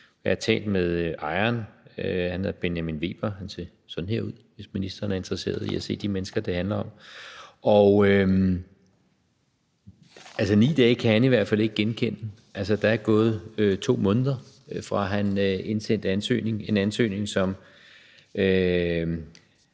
Jeg har talt med ejeren, som hedder Benjamin Weber, og han ser sådan her ud, hvis ministeren er interesseret i at se de mennesker, det handler om (Jan E. Jørgensen viser et foto frem). Det med de 9 dage kan han i hvert fald ikke genkende. Der er gået 2 måneder, fra han indsendte ansøgningen – en ansøgning, som